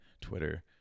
Twitter